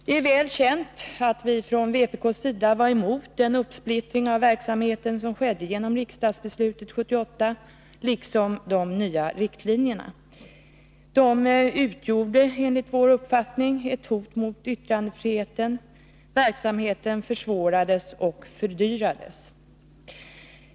Det är väl känt att vi från vpk:s sida var emot den uppsplittring av verksamheten som skedde genom riksdagsbeslutet 1978, liksom de nya riktlinjerna. De utgjorde enligt vår uppfattning ett hot mot yttrandefriheten. Verksamheten försvårades och fördyrades.